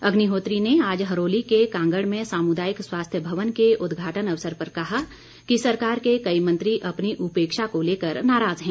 अग्निहोत्री ने आज हरोली के कांगड़ में सामुदायिक स्वास्थ्य भवन के उदघाटन अवसर पर कहा कि सरकार के कई मंत्री अपनी उपेक्षा को लेकर नाराज हैं